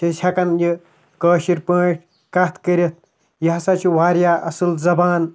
چھِ أسۍ ہٮ۪کان یہِ کٲشِر پٲٹھۍ کَتھ کٔرِتھ یہِ ہَسا چھِ واریاہ اَصٕل زبان